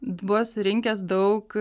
buvo surinkęs daug